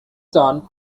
son